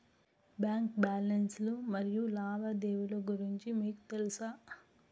Bank balance లు మరియు లావాదేవీలు గురించి మీకు తెల్సా?